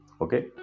Okay